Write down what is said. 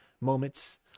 moments